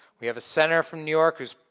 we have a senator from new york who is,